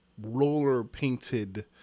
roller-painted